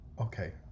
Okay